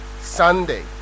Sunday